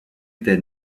était